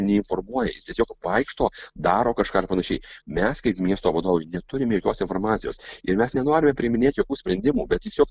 neinformuoja jis tiesiog vaikšto daro kažką ar panašiai mes kaip miesto vadovai neturime jokios informacijos ir mes nenorime priiminėt jokių sprendimų bet tiesiog